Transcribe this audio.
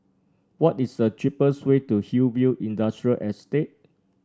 what is the cheapest way to Hillview Industrial Estate